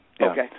Okay